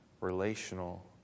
relational